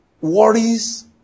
worries